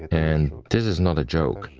and this is not a joke,